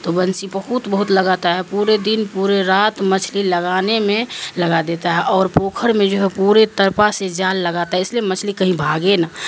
تو بنسی بہت بہت لگاتا ہے پورے دن پورے رات مچھلی لگانے میں لگا دیتا ہے اور پوکھر میں جو ہے پورے طرپا سے جال لگاتا ہے اس لیے مچھلی کہیں بھاگے نا